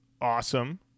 Awesome